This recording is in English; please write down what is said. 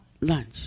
Lunch